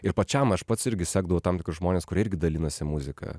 ir pačiam aš pats irgi sekdavau tam tikrus žmones kurie irgi dalinasi muzika